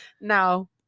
now